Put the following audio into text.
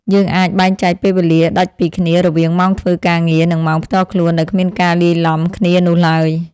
យើងអាចបែងចែកពេលវេលាដាច់ពីគ្នារវាងម៉ោងធ្វើការងារ និងម៉ោងផ្ទាល់ខ្លួនដោយគ្មានការលាយឡំគ្នានោះឡើយ។